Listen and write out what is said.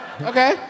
Okay